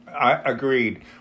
Agreed